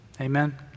Amen